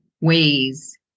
ways